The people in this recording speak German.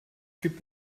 gibt